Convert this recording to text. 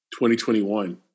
2021